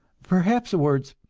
perhaps the words,